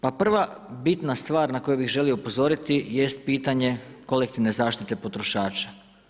Prva bitna stvar na koju bi želio upozoriti jest pitanje kolektivne zaštite potrošača.